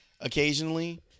occasionally